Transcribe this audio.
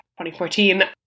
2014